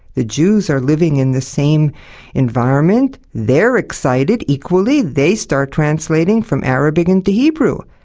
the jews are living in the same environment, they're excited, equally, they start translating from arabic into hebrew.